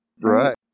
Right